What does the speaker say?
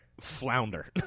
Flounder